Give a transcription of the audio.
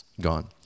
gone